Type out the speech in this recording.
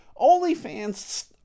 OnlyFans